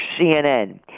CNN